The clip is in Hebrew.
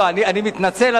אני מתנצל,